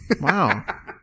Wow